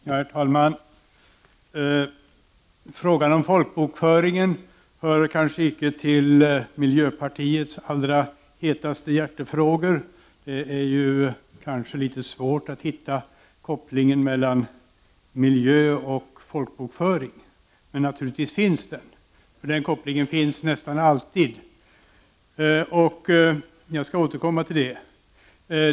Herr talman! Frågan om folkbokföringen hör kanske icke till miljöpartiets allra hetaste hjärtefrågor. Det är kanske litet svårt att hitta kopplingen mellan miljö och folkbokföring, men naturligtvis finns den. Den kopplingen finns nästan alltid, och jag skall återkomma till det.